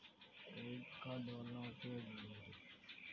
Credit card వల్ల ఉపయోగం ఏమిటీ?